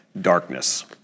darkness